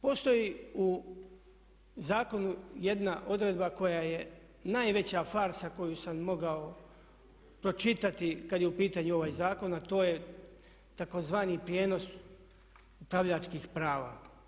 Postoji u zakonu jedna odredba koja je najveća farsa koju sam mogao pročitati kad je u pitanju ovaj zakon, a to je tzv. prijenos upravljačkih prava.